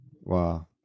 Wow